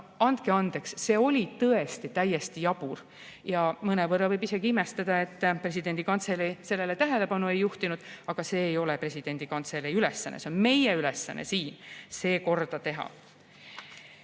andke andeks, see oli tõesti täiesti jabur. Mõnevõrra võib isegi imestada, et presidendi kantselei sellele tähelepanu ei juhtinud. Aga see ei ole presidendi kantselei ülesanne, see on meie ülesanne siin see korda teha.